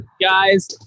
Guys